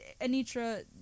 Anitra